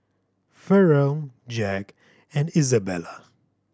Farrell Jack and Izabella